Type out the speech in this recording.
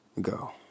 go